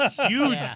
huge